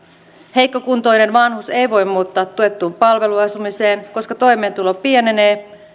heikkokuntoinen vanhus ei voi muuttaa tuettuun palveluasumiseen koska toimeentulo pienenee